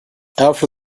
after